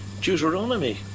Deuteronomy